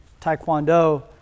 Taekwondo